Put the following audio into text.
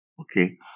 Okay